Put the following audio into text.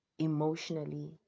emotionally